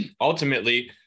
ultimately